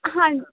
ਹਾਂਜੀ